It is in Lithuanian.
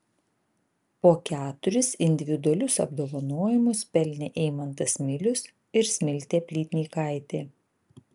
po keturis individualius apdovanojimus pelnė eimantas milius ir smiltė plytnykaitė